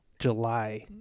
July